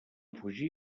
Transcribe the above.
fugir